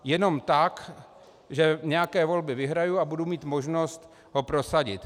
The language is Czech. Jenom tak, že nějaké volby vyhraji a budu mít možnost ho prosadit.